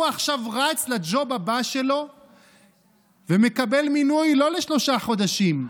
הוא עכשיו רץ לג'וב הבא שלו ומקבל מינוי לא לשלושה חודשים,